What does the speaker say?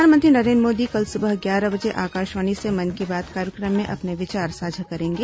प्रधानमंत्री नरेन्द्र मोदी कल सुबह ग्यारह बजे आकाशवाणी से मन की बात कार्यक्रम में अपने विचार साझा करेंगे